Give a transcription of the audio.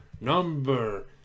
Number